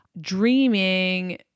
dreaming